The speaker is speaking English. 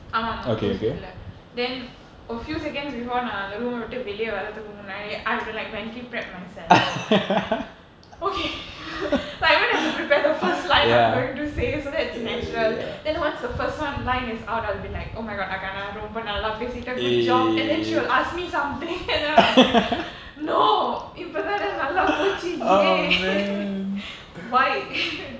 ஆமாஆமா:aama aama course இல்ல:illa then a few seconds before நான்அந்தரூமைவிட்டுவெளியவர்ரதுக்குமுன்னாடி:naan antha roomai vittu veliya varraathukku munadi I'll be like mentally prep myself I'll be like okay like I went up to prepare the first line I'm going to say so that it's natural then once the first one line is out I'll be like oh my god ரொம்பநல்லாபேசிட்ட:romba nalla pesitta good job and then she will ask me something and then I'll be like no இப்பதானநல்லாபோச்சிஏன்:ippatha nalla pochi yen why